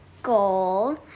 goal